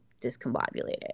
discombobulated